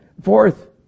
Fourth